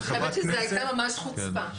אני חושבת שזו הייתה ממש חוצפה.